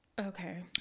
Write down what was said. Okay